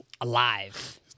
alive